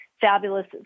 fabulous